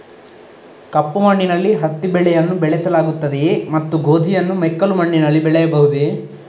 ಕಪ್ಪು ಮಣ್ಣಿನಲ್ಲಿ ಹತ್ತಿ ಬೆಳೆಯನ್ನು ಬೆಳೆಸಲಾಗುತ್ತದೆಯೇ ಮತ್ತು ಗೋಧಿಯನ್ನು ಮೆಕ್ಕಲು ಮಣ್ಣಿನಲ್ಲಿ ಬೆಳೆಯಬಹುದೇ?